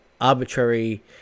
arbitrary